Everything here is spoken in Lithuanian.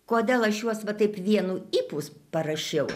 kodėl aš juos va taip vienu ypus parašiau